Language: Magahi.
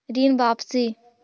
ऋण वापसी?